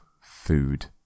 food